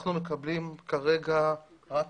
אנחנו מקבלים כרגע רק